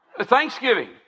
Thanksgiving